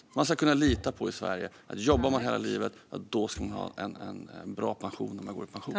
I Sverige ska man kunna lita på att om man jobbar hela livet ska man ha en bra pension när man går i pension.